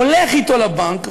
הולך אתה לבנק,